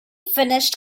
finished